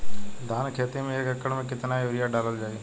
धान के खेती में एक एकड़ में केतना यूरिया डालल जाई?